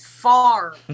Far